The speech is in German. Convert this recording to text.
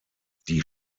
die